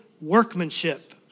workmanship